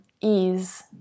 ease